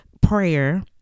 prayer